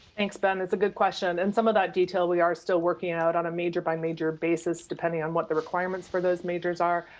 thanks ben, it's a good question and some of that detail we are still working out on a major by major basis depending on what the requirements for those majors are.